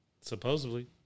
Supposedly